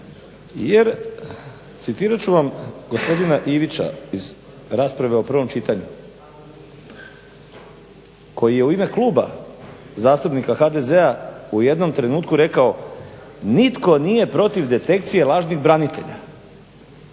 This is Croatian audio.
jer citirat ću vam gospodina Ivića iz rasprave u prvom čitanju koji je u ime Kluba zastupnika HDZ-a u jednom trenutku rekao nitko nije protiv detekcije lažnih branitelja.